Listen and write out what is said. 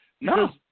No